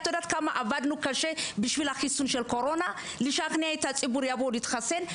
את יודעת כמה עבדנו קשה כדי לשכנע את הציבור שלנו ללכת להתחסן?